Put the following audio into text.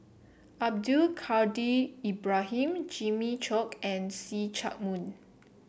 Abdul Kadir Ibrahim Jimmy Chok and See Chak Mun